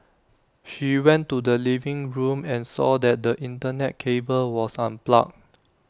she went to the living room and saw that the Internet cable was unplugged